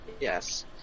yes